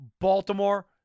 Baltimore